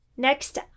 Next